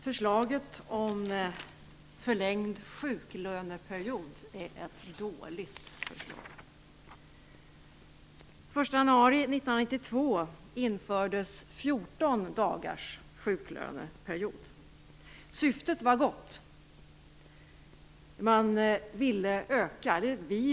Fru talman! Förslaget om förlängd sjuklöneperiod är ett dåligt förslag. Den 1 januari 1992 infördes 14 dagars sjuklöneperiod. Syftet var gott.